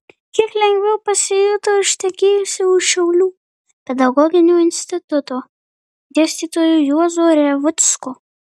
kiek lengviau pasijuto ištekėjusi už šiaulių pedagoginio instituto dėstytojo juozo revucko